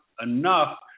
enough